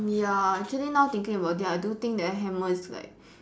ya actually now thinking about it I do think that hammer is like